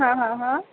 હ હ હ